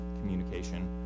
communication